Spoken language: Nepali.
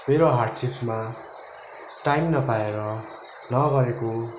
मेरो हार्डसिप्समा टाइम नपाएर नगरेको